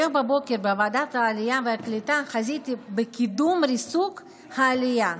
היום בבוקר בוועדת העלייה והקליטה חזיתי בקידום ריסוק העלייה,